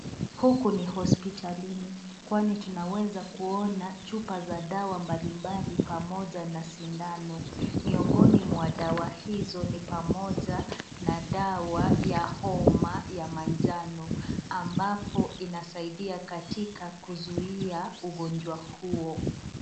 Huku ni hosipitalini, kwani tunaeza kuona chupa za dawa mbali mbali pamoja na sindano. Miongoni mwa dawa hizo ni pamoja na dawa ya homa ya manjano ambapo inasaidia katika kuzuia ugonjwa huo